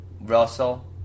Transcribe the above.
Russell